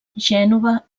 gènova